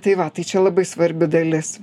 tai va tai čia labai svarbi dalis